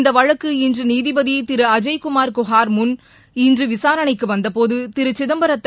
இந்த வழக்கு இன்று நீதிபதி திரு அஜய்குமார் குஹார் முன் இன்று விசாரணைக்கு வந்தபோது திரு சிதப்பரத்தை